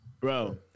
bro